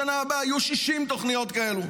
בשנה הבאה יהיו 60 תוכניות כאלה